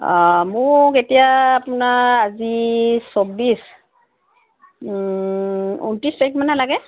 অঁ মোক এতিয়া আপোনাৰ আজি চৌব্বিছ ঊনত্ৰিছ তাৰিখ মানে লাগে